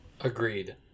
Agreed